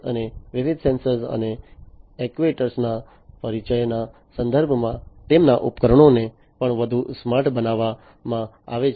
અને વિવિધ સેન્સર્સ અને એક્ટ્યુએટરના પરિચયના સંદર્ભમાં તેમના ઉપકરણોને પણ વધુ સ્માર્ટ બનાવવામાં આવે છે